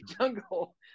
jungle